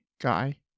guy